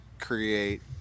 create